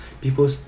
People